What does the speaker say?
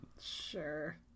Sure